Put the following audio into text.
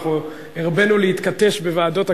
הרבינו להתכתש בוועדות הכנסת,